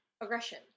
aggression